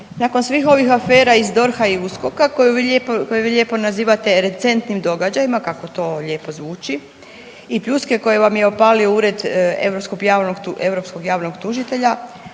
Nakon svih ovih afera iz DORH-a i USKOK-a koje vi lijepo nazivate recentnim događajima, kako to lijepo zvuči i pljuske koju vam je opalio Ured europskog javnog tužitelja,